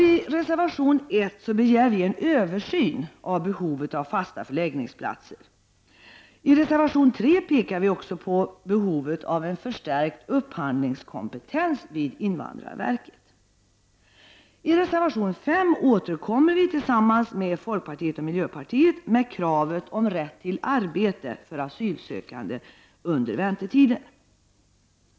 I reservation 1 begär vi en översyn av behovet av fasta förläggningsplatser. I reservation 3 pekar vi också på behovet av en förstärkt upphandlingskompetens vid invandrarverket. I reservation 5 återkommer vi — tillsammans med folkpartiet och miljöpartiet — med kravet på rätt till arbete för asylsökande under väntetiden.